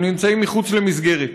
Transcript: הם נמצאים מחוץ למסגרת.